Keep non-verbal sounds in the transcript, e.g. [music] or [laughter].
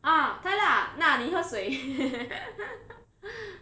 ah 太辣 ah mah 你喝水 [laughs]